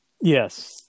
Yes